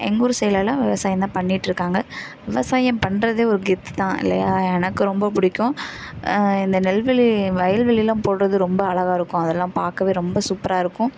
எங்கள் ஊர் சைடுலலாம் விவசாயம் தான் பண்ணிட்டுருக்காங்க விவசாயம் பண்ணுறதே ஒரு கெத்து தான் இல்லையா எனக்கு ரொம்ப பிடிக்கும் இந்த நெல்வேலி வயல்வெளிலாம் போடுறது ரொம்ப அழகா இருக்கும் அதெலாம் பார்க்கவே ரொம்ப சூப்பராக இருக்கும்